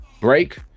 break